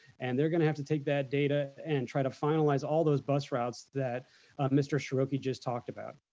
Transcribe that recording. and they're gonna have to take that data and try to finalize all those bus routes that mr. shoroki just talked about.